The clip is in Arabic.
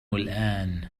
الآن